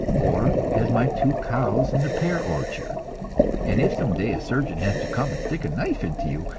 or as my two cows in the pear orchard and if some day a surgeon has to come and stick a knife into you,